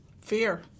Fear